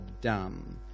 done